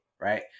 right